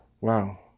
wow